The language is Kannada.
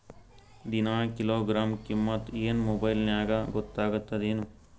ದಿನಾ ಕಿಲೋಗ್ರಾಂ ಕಿಮ್ಮತ್ ಏನ್ ಮೊಬೈಲ್ ನ್ಯಾಗ ಗೊತ್ತಾಗತ್ತದೇನು?